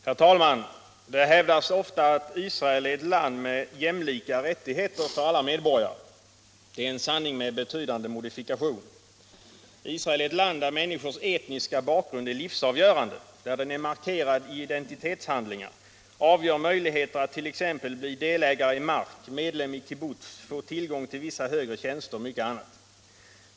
Herr talman! Det hävdas ofta att Israel är ett land med jämlika rättigheter för alla medborgare. Detta är en sanning med betydande modifikation. Israel är ett land där människors etniska bakgrund är livsavgörande, där den är markerad i identitetshandlingar, avgör möjligheter att t.ex. bli delägare i mark, medlem i kibbutz, få tillgång till vissa högre tjänster och mycket annat.